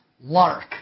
Lark